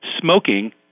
smoking